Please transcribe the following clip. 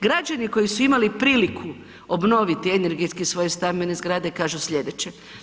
Građani koji su imali priliku obnoviti energetski svoje stambene zgrade, kažu slijedeće.